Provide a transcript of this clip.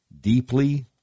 deeply